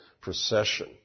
procession